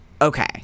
Okay